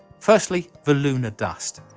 firstly the lunar dust,